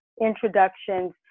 introductions